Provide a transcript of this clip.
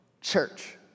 Church